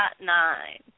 nine